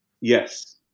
Yes